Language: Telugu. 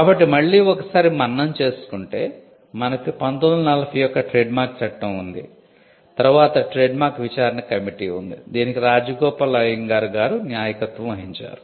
కాబట్టి మళ్ళీ ఒకసారి మననం చేసుకుంటే మనకు 1940 యొక్క ట్రేడ్మార్క్ చట్టం ఉంది తర్వాత ట్రేడ్మార్క్ విచారణ కమిటీ ఉంది దీనికి రాజగోపాల్ అయ్యంగార్ గారు నాయకత్వం వహించారు